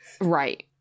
Right